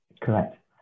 Correct